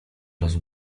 razu